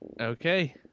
Okay